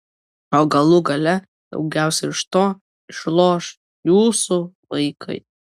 o galų gale daugiausiai iš to išloš jūsų vaikai